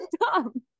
dumb